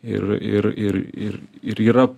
ir ir ir ir ir yra